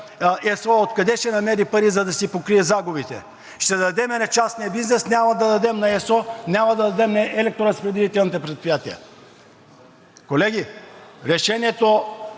ЕСО откъде ще намери пари, за да си покрие загубите?! Ще дадем на частния бизнес, няма да дадем на ЕСО, няма да дадем на електроразпределителните предприятия. Колеги, решението